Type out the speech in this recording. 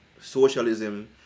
socialism